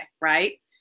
right